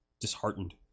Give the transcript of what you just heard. disheartened